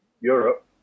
Europe